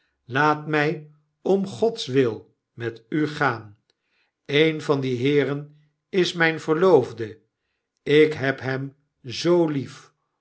laat mj om gods wil met u gaan een van die heeren is myn verloofde ik heb hem zoo lief